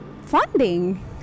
funding